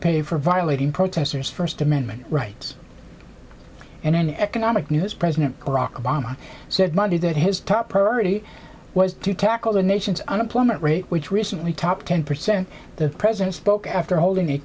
pay for violating protesters first amendment rights and in economic news president barack obama said monday that his top priority was to tackle the nation's unemployment rate which recently top ten percent the president spoke after holding a